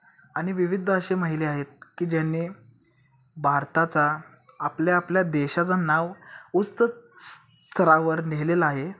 आणि विविध असे महिला आहेत की ज्यांनी भारताचा आपल्या आपल्या देशाचं नाव उच्च स्तरावर नेलेला आहे